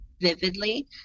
vividly